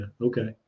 okay